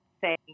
say